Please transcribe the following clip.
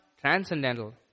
transcendental